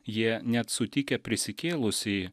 jie net sutikę prisikėlusįjį